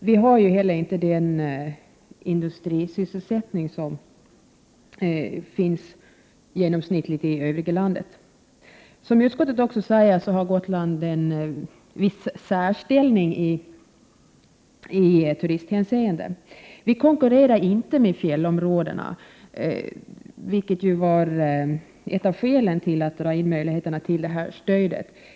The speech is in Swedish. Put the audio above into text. Gotland har inte heller den industrisysselsättning som finns genomsnittligt i övriga landet. Som det också sägs i utskottsbetänkandet har Gotland en viss särställning i turisthänseende. Gotland konkurrerar inte med fjällområdena, vilket var ett av skälen till att dra in möjligheterna till detta stöd.